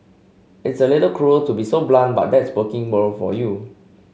it's a little cruel to be so blunt but that's working world for you